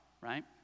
right